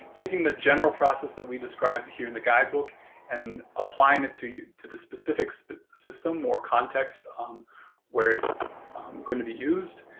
taking the general process that we described here in the guidebook and applying it to to the specific system or context um where it's going to be used,